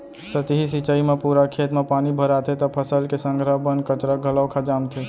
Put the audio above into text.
सतही सिंचई म पूरा खेत म पानी भराथे त फसल के संघरा बन कचरा घलोक ह जामथे